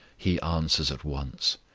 he answers at once.